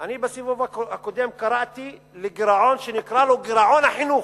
אני בסיבוב הקודם קראתי לגירעון שנקרא לו גירעון החינוך,